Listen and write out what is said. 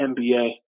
NBA